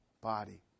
body